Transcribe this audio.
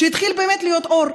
שיתחיל באמת להיות אור,